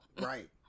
Right